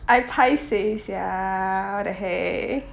I paiseh sia what the heck